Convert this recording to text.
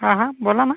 हां हां बोला ना